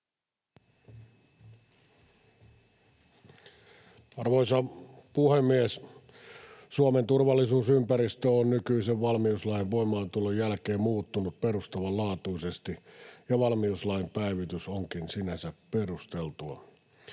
Arvoisa puhemies! Suomen turvallisuusympäristö on nykyisen valmiuslain voimaantulon jälkeen muuttunut perustavanlaatuisesti, ja valmiuslain päivitys onkin sinänsä perusteltua.